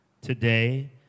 today